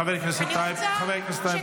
חבר הכנסת טייב, חבר הכנסת טייב.